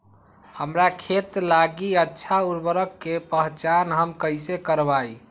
हमार खेत लागी अच्छा उर्वरक के पहचान हम कैसे करवाई?